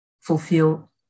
fulfill